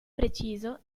preciso